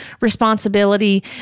responsibility